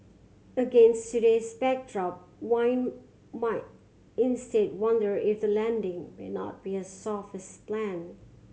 against today's backdrop one might instead wonder if the landing may not be as soft as planned